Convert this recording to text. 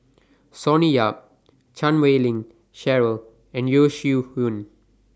Sonny Yap Chan Wei Ling Cheryl and Yeo Shih Yun